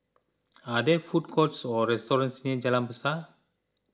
are there food courts or restaurants near Jalan Besar